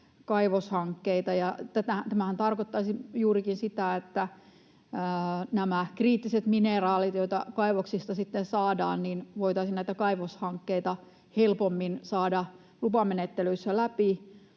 kaivoshankkeita, ja tämähän tarkoittaisi juurikin sitä, että kun on näitä kriittisiä mineraaleja, joita kaivoksista sitten saadaan, niin voitaisiin näitä kaivoshankkeita helpommin saada lupamenettelyissä läpi.